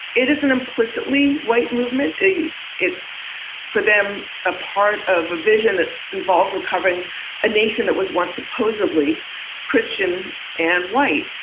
it is an implicitly white movement. it's for them a part of a vision that involves recovering a nation that was once supposedly christian and white.